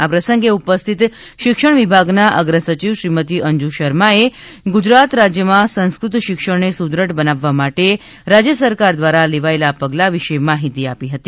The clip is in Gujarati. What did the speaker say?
આ પ્રસંગે ઉપસ્થિત શિક્ષણ વિભાગના અગ્ર સચિવ શ્રીમતી અજુ શર્માએ ગુજરાત રાજ્યમાં સંસ્કૃત શિક્ષણને સુદૃઢ બનાવવા માટે રાજ્ય સરકાર દ્વારા લેવાયેલાં પગલાં વિશે માહિતી આપી હતી